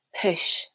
push